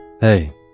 Hey